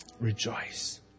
Rejoice